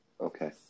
okay